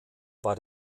war